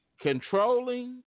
controlling